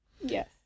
Yes